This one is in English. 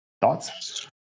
thoughts